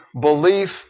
belief